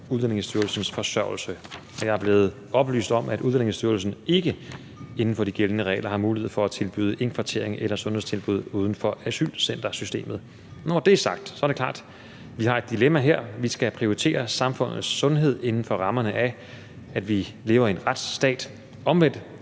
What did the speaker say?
Udlændingestyrelsens forsørgelse. Og jeg er blevet oplyst om, at Udlændingestyrelsen ikke inden for de gældende regler har mulighed for at tilbyde indkvartering eller sundhedstilbud uden for asylcentersystemet. Når det er sagt, er det klart, at vi har et dilemma her: Vi skal prioritere samfundets sundhed inden for rammerne af, at vi lever i en retsstat, og omvendt